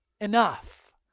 enough